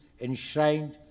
enshrined